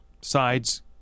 sides